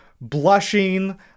blushing